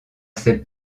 ces